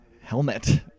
helmet